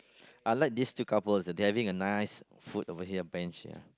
I like this two couple as they are having a nice food over head bench ya